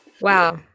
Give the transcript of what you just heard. wow